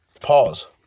Pause